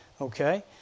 okay